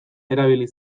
erabili